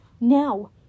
now